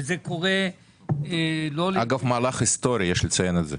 וזה קורה -- אגב מהלך היסטורי יש לציין את זה.